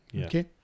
Okay